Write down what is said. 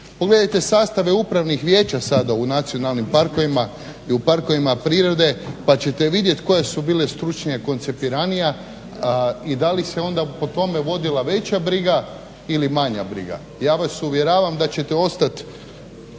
Pogledajte sastave upravnih vijeća sada u nacionalnim parkovima i u parkovima prirode, pa ćete vidjet koje su bile stručnije, koncepiranija i da li se onda po tome vodila veća briga ili manja briga. Ja vas uvjeravam da ćete ostati